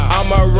I'ma